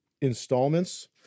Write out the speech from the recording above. installments